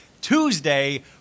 Tuesday